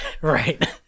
Right